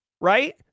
right